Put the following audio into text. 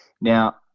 Now